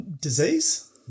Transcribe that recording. Disease